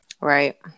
Right